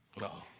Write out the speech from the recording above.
No